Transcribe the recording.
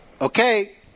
Okay